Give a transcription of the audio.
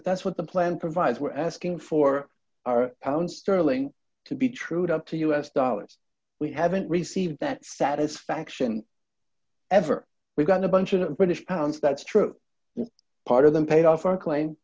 but that's what the plan provides we're asking for our pound sterling to be trued up to us dollars we haven't received that satisfaction ever we got a bunch of british pounds that's true part of them paid off our claim